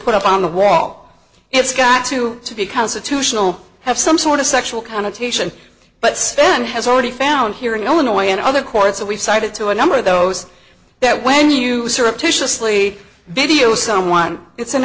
put up on the wall it's got to be constitutional have some sort of sexual connotation but then has already found here in illinois and other courts that we've cited to a number of those that when you sort of tisha slee video someone it's an